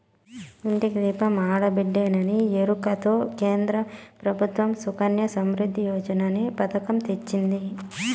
ఇంటికి దీపం ఆడబిడ్డేననే ఎరుకతో కేంద్ర ప్రభుత్వం సుకన్య సమృద్ధి యోజననే పతకం తెచ్చింది